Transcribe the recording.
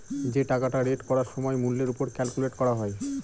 যে টাকাটা রেট করার সময় মূল্যের ওপর ক্যালকুলেট করা হয়